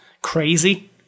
crazy